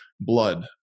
blood